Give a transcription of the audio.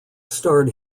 starred